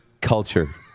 culture